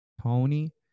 Tony